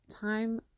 time